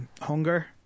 hunger